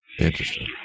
Interesting